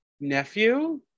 nephew